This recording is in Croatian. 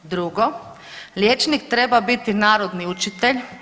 Drugo, liječnik treba biti narodni učitelj.